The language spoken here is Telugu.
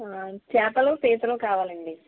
చేపలు పీతలు కావాలండి